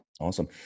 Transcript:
Awesome